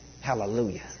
Hallelujah